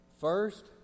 First